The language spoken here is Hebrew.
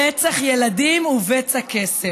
רצח ילדים ובצע כסף,